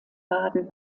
baden